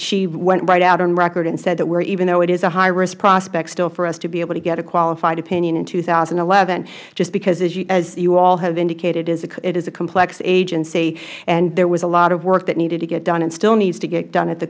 she went right out on record and said that even though it is a highrisk prospect still for us to be able to get a qualified opinion in two thousand and eleven just because as you all have indicated it is a complex agency and there was a lot of work that needed to get done and still needs to get done at the